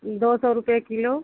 दो सौ रुपय कीलो